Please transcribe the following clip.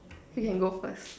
you can go first